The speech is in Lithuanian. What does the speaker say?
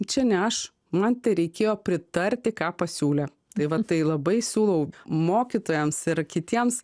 čia ne aš man tereikėjo pritarti ką pasiūlė tai va tai labai siūlau mokytojams ir kitiems